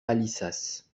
alissas